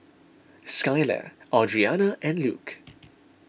Skyler Audrianna and Luke